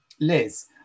Liz